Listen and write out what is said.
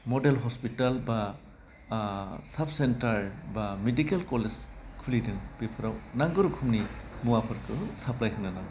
model hospital बा आह sub centre बा मिडिकेल कलेज खुलिदों बेफ्राव नांगौ रोखोमनि मुवाफोरखौ साप्लाइ होनो नांगौ